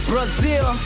Brazil